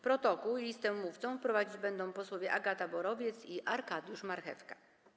Protokół i listę mówców prowadzić będą posłowie Agata Borowiec i Arkadiusz Marchewka.